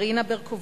מרינה ברקובסקי,